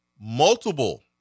multiple